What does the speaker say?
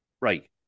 right